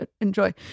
enjoy